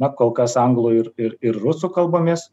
na kol kas anglų ir ir ir rusų kalbomis